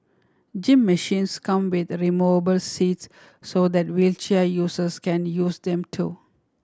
gym machines come with removable seats so that wheelchair users can use them too